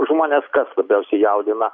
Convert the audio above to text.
žmones kas labiausiai jaudina